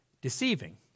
deceiving